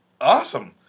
Awesome